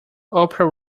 oprah